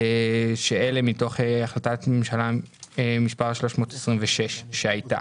שאלה מתוך החלטת ממשלה מספר 326 שהייתה.